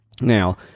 Now